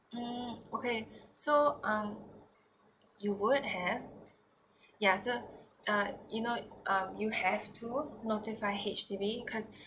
mm okay so um you would have ya so uh you know um you have to notify H_D_B cause